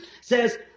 says